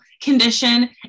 condition